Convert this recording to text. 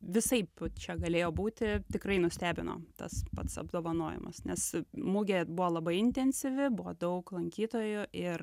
visaip čia galėjo būti tikrai nustebino tas pats apdovanojimas nes mugė buvo labai intensyvi buvo daug lankytojų ir